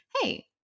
hey